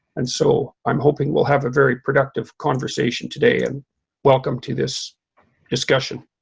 and so, i'm hoping we'll have a very productive conversation today and welcome to this discussion.